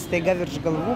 staiga virš galvų